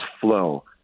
flow –